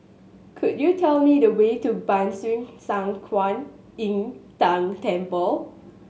could you tell me the way to Ban Siew San Kuan Im Tng Temple